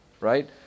Right